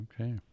Okay